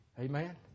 Amen